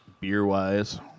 beer-wise